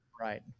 right